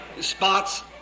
spots